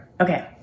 okay